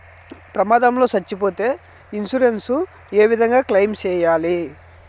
ప్రమాదం లో సచ్చిపోతే ఇన్సూరెన్సు ఏ విధంగా క్లెయిమ్ సేయాలి?